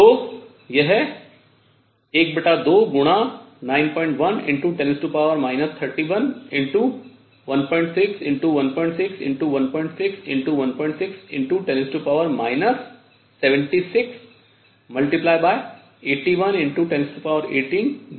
तो यह 1291×10 3116×16×16×16×10 76 81×101810 68 होने वाला है